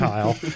Kyle